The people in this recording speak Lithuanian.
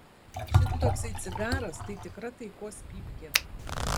šitoksai cigaras tai tikra taikos pypkė